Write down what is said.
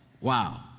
Wow